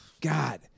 God